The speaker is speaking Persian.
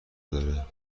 داره